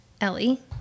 Ellie